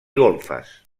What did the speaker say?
golfes